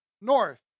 north